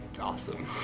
Awesome